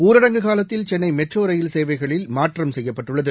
ஊரடங்கு காலத்தில் Chennai metro rail சேவைகளில் மாற்றம் செய்யப்பட்டுள்ளது